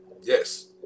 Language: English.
Yes